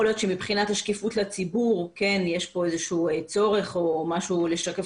יכול להיות שמבחינת השקיפות לציבור יש פה צורך לשקף